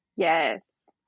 yes